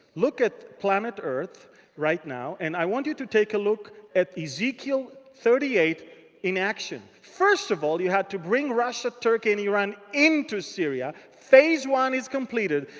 look at planet earth right now. and i want you to take a look at ezekiel thirty eight in action. first of all, you had to bring russia, turkey, and iran into syria. phase one is completed.